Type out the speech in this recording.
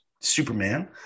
Superman